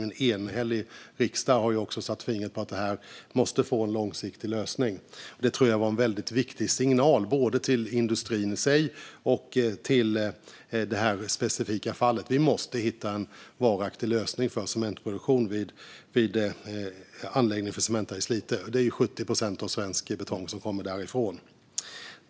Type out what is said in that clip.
En enhällig riksdag har också satt fingret på att det här måste få en långsiktig lösning. Det var en viktig signal till industrin i sig och till det specifika fallet. Det måste bli en varaktig lösning för cementproduktion vid anläggningen för Cementa i Slite. 70 procent av svensk betong kommer därifrån.